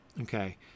Okay